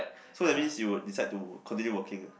so that means you would decide to continue working ah